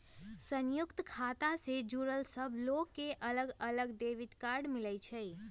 संयुक्त खाता से जुड़ल सब लोग के अलग अलग डेबिट कार्ड मिलई छई